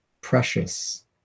precious